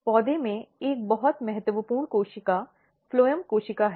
पौधे में एक बहुत महत्वपूर्ण कोशिका फ्लोएम कोशिका है